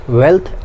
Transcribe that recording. wealth